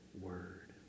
word